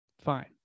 fine